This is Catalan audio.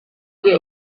que